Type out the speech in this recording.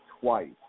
twice